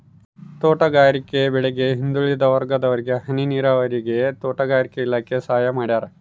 ತೋಟಗಾರಿಕೆ ಬೆಳೆಗೆ ಹಿಂದುಳಿದ ವರ್ಗದವರಿಗೆ ಹನಿ ನೀರಾವರಿಗೆ ತೋಟಗಾರಿಕೆ ಇಲಾಖೆ ಸಹಾಯ ಮಾಡ್ಯಾರ